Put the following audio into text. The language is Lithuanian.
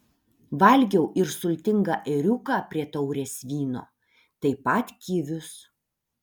valgiau ir sultingą ėriuką prie taurės vyno taip pat kivius